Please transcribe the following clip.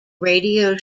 radio